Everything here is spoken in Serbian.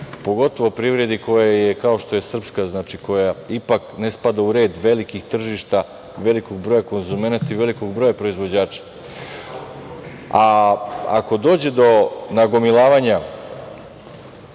pogotovo privredi koja, kao što je srpska, ipak ne spada u red velikih tržišta, velikog broja konzumenata i velikog broja proizvođača. Ako dođe do nagomilavanja